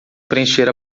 preencher